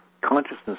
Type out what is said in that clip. Consciousness